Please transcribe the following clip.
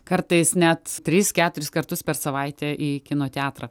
kartais net tris keturis kartus per savaitę į kino teatrą